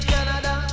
Canada